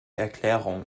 erklärung